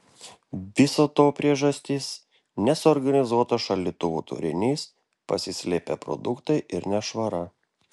viso to priežastys nesuorganizuotas šaldytuvo turinys pasislėpę produktai ir nešvara